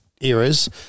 eras